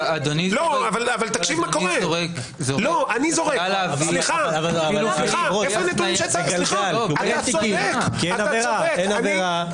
אדוני זורק ואומר שאין תיקים כי אין עבירה,